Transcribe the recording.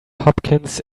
hopkins